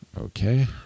okay